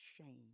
shame